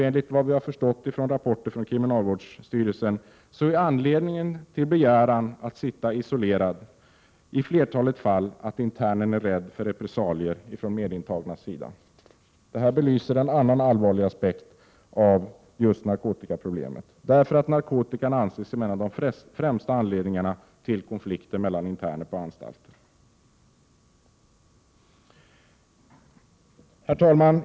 Enligt vad vi har förstått av rapporter från kriminalvårdsstyrelsen är anledningen till en begäran att sitta isolerad i flertalet fall att internen är rädd för repressalier från medintagnas sida. Detta belyser en annan allvarlig aspekt av just narkotikaproblemet, eftersom narkotikan anses som en av de främsta anledningarna till konflikter mellan interner inne på anstalter. Herr talman!